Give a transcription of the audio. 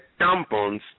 tampons